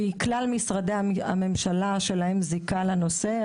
מכלל משרדי הממשלה שלהם יש זיקה לנושא.